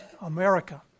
America